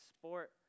sport